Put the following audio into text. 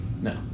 No